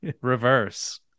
reverse